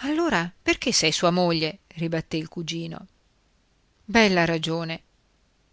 allora perché sei sua moglie ribatté il cugino bella ragione